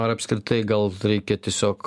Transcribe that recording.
ar apskritai gal reikia tiesiog